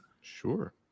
Sure